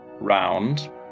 round